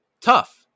tough